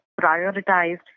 prioritized